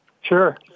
Sure